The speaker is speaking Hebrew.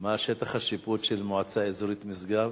מה שטח השיפוט של מועצה אזורית משגב?